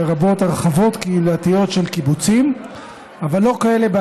לרבות הרחבות קהילתיות של קיבוצים אבל לא כאלה שהן